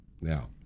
Now